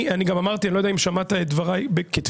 אני גם אמרתי אני לא יודע אם שמעת את דברי כתפיסתי,